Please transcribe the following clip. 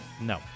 No